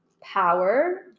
power